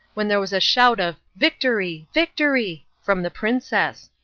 when there was a shout of victory, victory! from the princess,